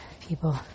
people